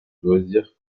loisir